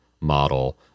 model